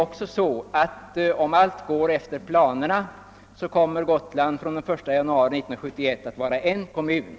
Om allt går efter planerna kommer Gotland dessutom från och med den 1 januari 1971 att utgöra en enda kommun.